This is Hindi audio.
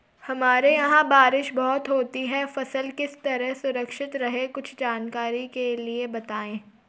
हमारे यहाँ बारिश बहुत होती है फसल किस तरह सुरक्षित रहे कुछ जानकारी के लिए बताएँ?